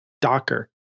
Docker